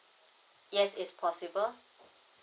yes it's possible